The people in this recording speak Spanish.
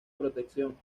protección